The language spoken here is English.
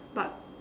but